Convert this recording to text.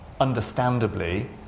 understandably